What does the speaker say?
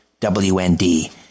WND